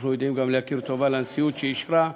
אנחנו יודעים גם להכיר טובה גם לנשיאות שאישרה.